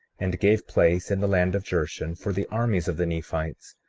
and gave place in the land of jershon for the armies of the nephites,